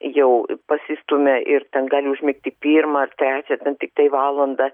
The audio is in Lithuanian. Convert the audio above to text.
jau pasistumia ir ten gali užmigti tik pirmą ar trečią ten tiktai valandą